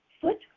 foot